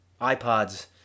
iPods